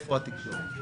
איפה התקשורת?